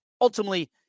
ultimately